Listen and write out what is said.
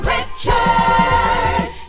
Richard